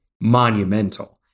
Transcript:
monumental